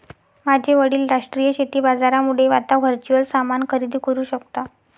माझे वडील राष्ट्रीय शेती बाजारामुळे आता वर्च्युअल सामान खरेदी करू शकता